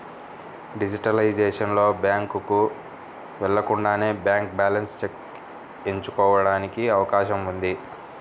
digitalisation లో, బ్యాంకుకు వెళ్లకుండానే బ్యాంక్ బ్యాలెన్స్ చెక్ ఎంచుకోవడానికి అవకాశం ఉంది